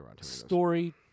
story